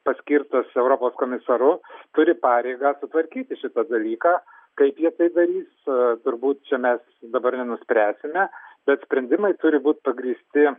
paskirtas europos komisaru turi pareigą sutvarkyti šitą dalyką kaip jie tai darys turbūt čia mes dabar nenuspręsime bet sprendimai turi būt pagrįsti